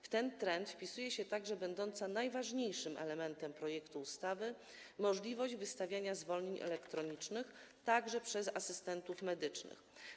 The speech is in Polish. W ten trend wpisuje się także będąca najważniejszym elementem projektu ustawy możliwość wystawiania zwolnień elektronicznych także przez asystentów medycznych.